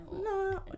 No